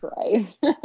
Christ